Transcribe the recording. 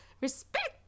respect